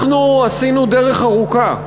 אנחנו עשינו דרך ארוכה.